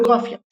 ביוגרפיה